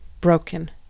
broken